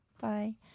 Bye